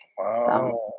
Wow